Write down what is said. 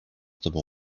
tobą